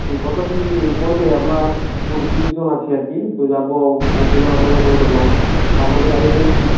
কতো কী পড়বে আপনা কুড়ি তিরিশজন আছি আর কি তো যাবো তার জন্য আপনাকে ফোন করলাম আপনাদের গাড়িটায় কি